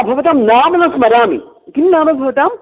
भवतां नाम न स्मरामि किं नाम भवताम्